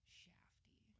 shafty